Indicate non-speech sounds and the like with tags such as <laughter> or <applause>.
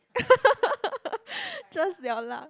<laughs> just your luck